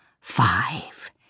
five